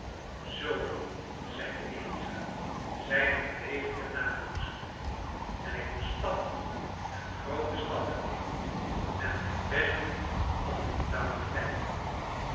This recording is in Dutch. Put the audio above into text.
zoo dan zeide eliza zijne bewegingen nabootsende en ik moet stampen en groote stappen nemen en mijn best doen om brutaal te kijken